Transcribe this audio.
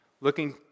looking